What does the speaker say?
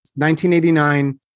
1989